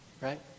right